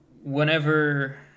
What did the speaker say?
whenever